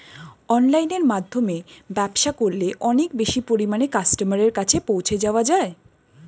অনলাইনের মাধ্যমে ব্যবসা করলে অনেক বেশি পরিমাণে কাস্টমারের কাছে পৌঁছে যাওয়া যায়?